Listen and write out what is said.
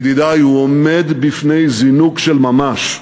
ידידי, הוא עומד בפני זינוק של ממש.